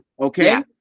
Okay